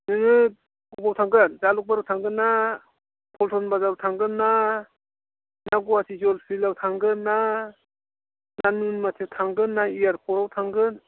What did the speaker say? नोङो अबाव थांगोन जालुकबारियाव थांगोन ना पल्टन बाजाराव थांगोन ना ना गुवाहाटि जज फिल्डआव थांगोन ना सानमातियाव थांगोन ना इयारपटआव थांगोन